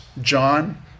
John